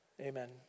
Amen